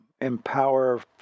empower